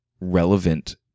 relevant